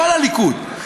כל הליכוד,